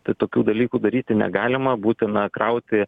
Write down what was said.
tai tokių dalykų daryti negalima būtina krauti